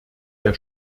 der